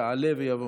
יעלה ויבוא.